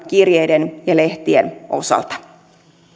kirjeiden ja lehtien osalta erityisesti